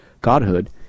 godhood